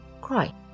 cry